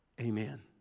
Amen